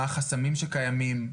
מה החסמים שקיימים,